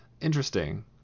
Interesting